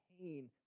pain